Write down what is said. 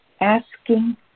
asking